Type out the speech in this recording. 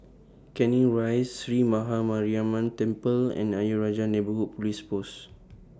Canning Rise Sree Maha Mariamman Temple and Ayer Rajah Neighbourhood Police Post